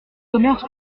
commerces